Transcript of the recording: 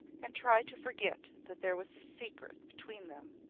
and try to forget that there was a secret between them.